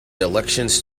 elections